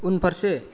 उनफारसे